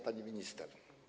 Pani Minister!